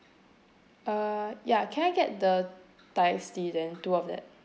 uh ya can I get the thai iced tea then two of that